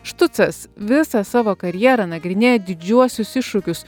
štucas visą savo karjerą nagrinėja didžiuosius iššūkius